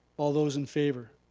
all those in favour?